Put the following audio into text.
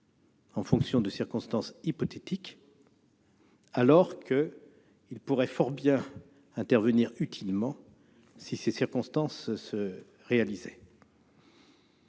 en fonction de circonstances hypothétiques, alors qu'il pourrait fort bien intervenir utilement si ces circonstances se réalisaient.